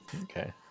Okay